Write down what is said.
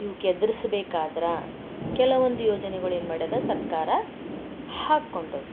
ಇವ್ಕ್ ಎದುರಿಸ್ಬೇಕಾದ್ರೆ ಕೆಲವೊಂದು ಯೋಜನೆಗಳು ಎನ್ಮಾಡ್ಯಾದ ಸರ್ಕಾರ ಹಾಕ್ಕೊಂಡವ